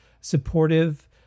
supportive